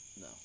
No